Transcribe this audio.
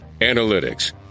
analytics